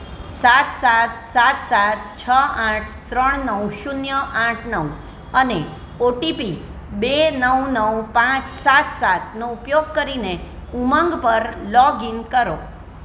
સાત સાત સાત સાત છ આઠ ત્રણ નવ શૂન્ય આઠ નવ અને ઓટીપી બે નવ નવ પાંચ સાત સાતનો ઉપયોગ કરીને ઉમંગ પર લોગ ઇન કરો